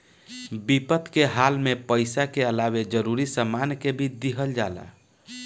विपद के हाल में पइसा के अलावे जरूरी सामान के भी दिहल जाला